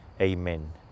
Amen